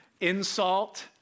insult